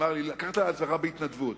לקחת את זה על עצמך בהתנדבות,